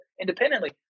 independently